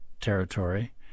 territory